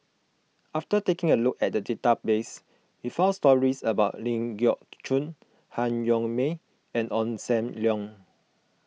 after taking a look at the database we found stories about Ling Geok Choon Han Yong May and Ong Sam Leong